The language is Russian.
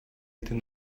этой